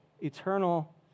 eternal